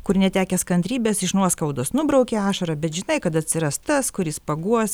kur netekęs kantrybės iš nuoskaudos nubrauki ašarą bet žinai kad atsiras tas kuris paguos